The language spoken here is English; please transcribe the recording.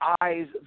eyes